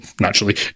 naturally